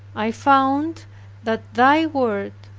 i found that thy word,